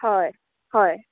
हय हय